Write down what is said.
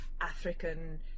African